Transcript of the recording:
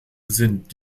sind